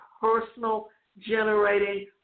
personal-generating